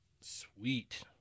Sweet